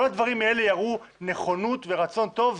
כל הדברים האלה יראו נכונות ורצון טוב.